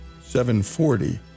740